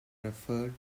referred